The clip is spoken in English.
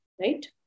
right